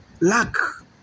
Luck